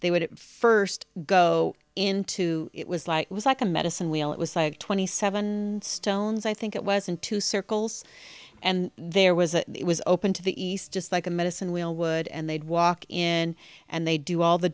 they would first go in to it was like it was like a medicine wheel it was like twenty seven stones i think it was in two circles and there was a it was open to the east just like a medicine wheel would and they'd walk in and they do all the